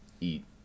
eat